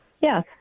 Yes